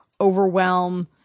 overwhelm